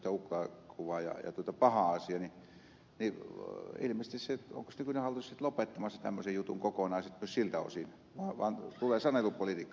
ukkola kuvaa ja paha asia niin onko nykyinen hallitus sitten lopettamassa tämmöisen jutun myös siltä osin ja tulee sanelupolitiikka